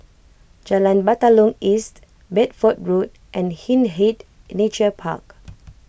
Jalan Batalong East Bedford Road and Hindhede Nature Park